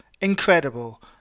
incredible